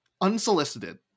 unsolicited